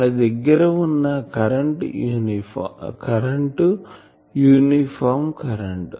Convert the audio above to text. మన దగ్గర వున్న కరెంటు యూనిఫామ్ కరెంటు